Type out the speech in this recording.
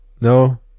no